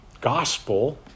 gospel